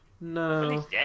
No